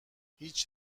هیچ